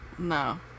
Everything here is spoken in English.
no